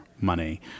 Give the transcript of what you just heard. money